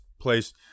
place